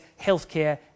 healthcare